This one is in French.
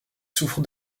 souffre